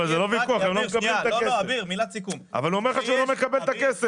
הוא אומר לך שהוא לא מקבל את הכסף,